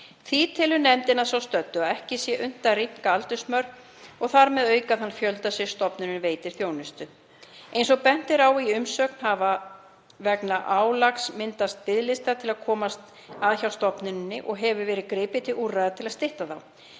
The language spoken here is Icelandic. telur nefndin að svo stöddu að ekki sé unnt að rýmka aldursmörk og þar með auka þann fjölda sem stofnunin veitir þjónustu. Eins og bent er á í umsögn hafa vegna álags myndast biðlistar til að komast að hjá stofnuninni og hefur verið gripið til úrræða til að stytta þá.